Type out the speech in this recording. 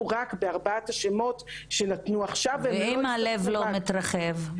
רק בארבע השמות שנתנו עכשיו--- ואם הלב לא מתרחב,